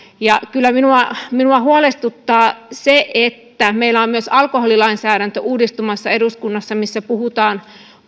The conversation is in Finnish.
kyllä minua minua huolestuttaa se että meillä on myös alkoholilainsäädäntö uudistumassa eduskunnassa ja